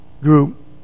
group